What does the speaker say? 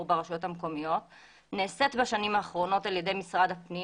ברשויות המקומיות נעשית בשנים האחרונות על ידי משרד הפנים